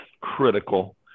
critical